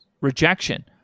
rejection